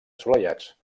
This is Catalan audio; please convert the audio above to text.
assolellats